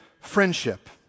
friendship